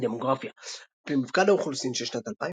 דמוגרפיה על פי מפקד האוכלוסין של שנת 2010